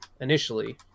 initially